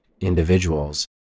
individuals